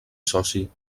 soci